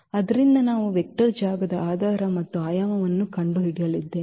ಆದ್ದರಿಂದ ನಾವು ವೆಕ್ಟರ್ ಜಾಗದ ಆಧಾರ ಮತ್ತು ಆಯಾಮವನ್ನು ಕಂಡುಹಿಡಿಯಲಿದ್ದೇವೆ